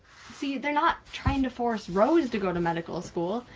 see, they're not trying to force rose to go to medical school,